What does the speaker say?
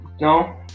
No